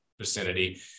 vicinity